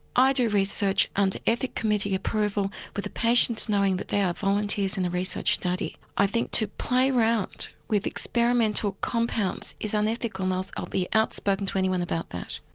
i do research under ethic committee approval with the patients knowing that they are volunteers in a research study. i think to play around with experimental compounds is unethical um and so i'll be outspoken to anyone about that.